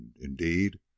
indeed